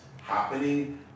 happening